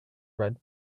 red